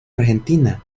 argentina